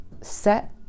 set